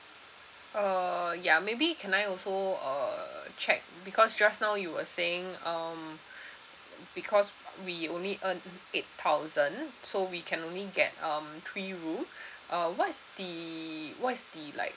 uh ya maybe can I also uh check because just now you were saying um because we only earn eight thousand so we can only get um three room uh what's the what's the like